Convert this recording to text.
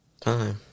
Time